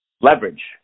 leverage